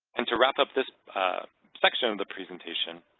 and to wrap up this section of the presentation,